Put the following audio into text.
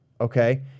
okay